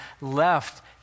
left